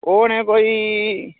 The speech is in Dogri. ओह् होन कोई